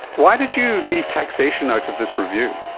why did you leave taxation out of this review?